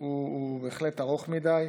הוא בהחלט ארוך מדי,